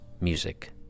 music